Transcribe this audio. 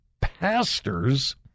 pastors